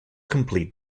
complete